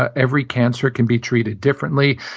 ah every cancer can be treated differently.